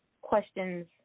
questions